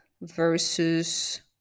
versus